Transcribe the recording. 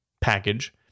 package